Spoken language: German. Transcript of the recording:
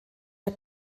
der